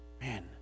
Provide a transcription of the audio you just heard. man